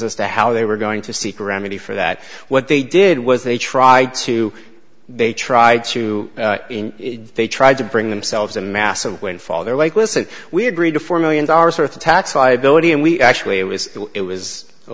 as to how they were going to seek remedy for that what they did was they tried to they tried to in they tried to bring themselves a massive windfall there like listen we agreed to four million dollars worth of tax liability and we actually it was it was a